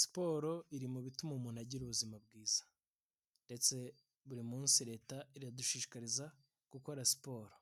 Siporo iri mu bituma umuntu agira ubuzima bwiza ndetse buri munsi leta iradushishikariza gukora siporo,